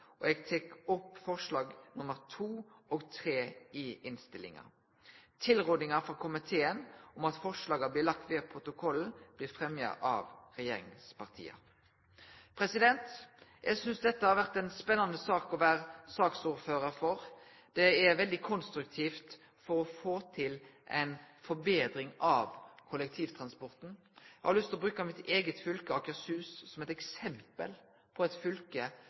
og eg tek opp forslaga nr. 2 og 3 i innstillinga. Tilrådinga frå komiteen om at forslaga blir lagde ved protokollen, blir fremja av regjeringspartia. Eg synest dette har vore ei spennande sak å vere ordførar for. Det er veldig konstruktivt for å få til ei betring av kollektivtransporten. Eg har lyst til å bruke mitt eige fylke, Akershus, som eit eksempel på eit fylke